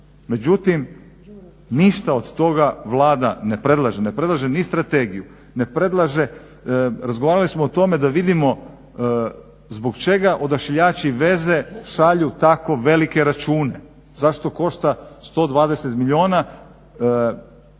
Međutim, ništa od toga Vlada ne predlaže, ne predlaže ni strategiju, ne predlaže razgovarali smo o tome da vidimo zbog čega odašiljači veze šalju tako velike račune. Zašto košta 120 milijuna